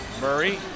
Murray